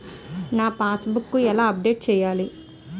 నా passbook ఎలా update చేయాలి?